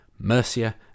Mercia